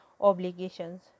obligations